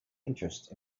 interest